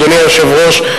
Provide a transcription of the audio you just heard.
אדוני היושב-ראש,